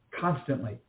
constantly